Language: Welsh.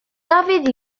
dafydd